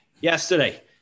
yesterday